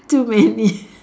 too many